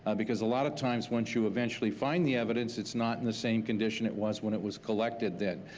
ah because a lot of times once you eventually find the evidence, it's not in the same condition it was when it was collected then.